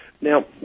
Now